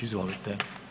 Izvolite.